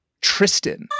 Tristan